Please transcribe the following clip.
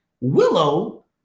Willow